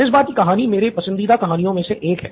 इस बार की कहानी मेरी पसंदीदा कहानियों में से एक है